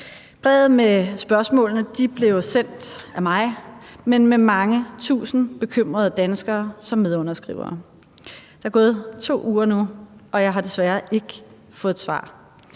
Brevet med spørgsmålene blev jo sendt af mig, men med mange tusind bekymrede danskere som medunderskrivere, og der er nu gået 2 uger, og jeg har desværre ikke fået et svar.